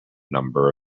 number